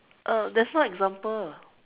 uh there's one example